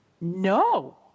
No